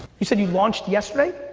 you said you launched yesterday?